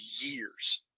years